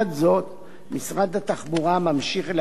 משרד התחבורה ממשיך להשקיע בשיפורי